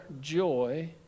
joy